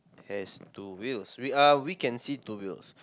has two wheels we are we can see two wheels